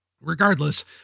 Regardless